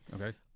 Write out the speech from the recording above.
Okay